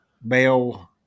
bell